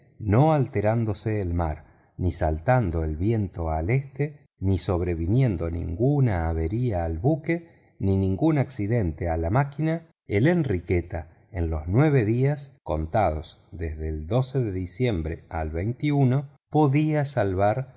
no alterándose el mar ni saltando el viento al este ni sobreviniendo ninguna avería al buque ni ningún accidente a la máquina la enriqueta en los nueve días contados desde el de diciermbre al podía salvar